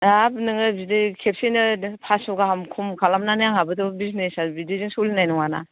हाब नोङो बिदि खेबसेनो फास्स' गाहाम खम खालामनानै आंहाबोथ' बिजिनेसया बिदिजों सलिनाय नङाना